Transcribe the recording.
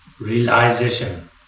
realization